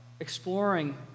exploring